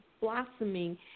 blossoming